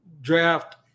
draft